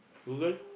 Google